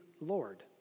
Lord